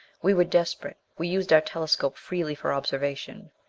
we were desperate we used our telescope freely for observation.